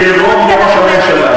לירות בראש הממשלה,